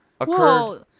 occurred